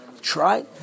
Try